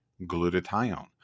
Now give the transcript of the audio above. Glutathione